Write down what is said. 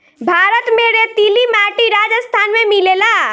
भारत में रेतीली माटी राजस्थान में मिलेला